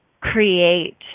create